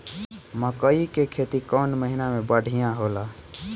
मकई के खेती कौन महीना में बढ़िया होला?